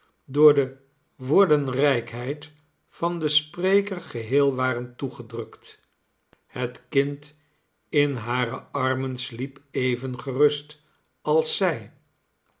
door de woordenrijkheid van den spreker geheei waren toegedrukt het kind in hare armen sliep even gerust als zjj